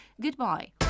Goodbye